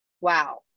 Wow